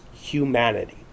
humanity